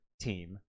team